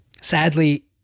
sadly